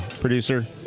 producer